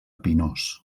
pinós